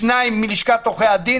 שניים מלשכת עורכי הדין,